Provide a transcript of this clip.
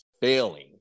failing